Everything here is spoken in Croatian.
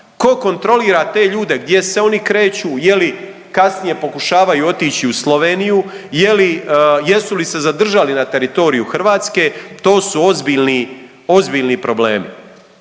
ko kontrolira te ljude gdje se oni kreću, je li kasnije pokušavaju otići u Sloveniju, je li, jesu li se zadržali na teritoriju Hrvatske, to su ozbiljni, ozbiljni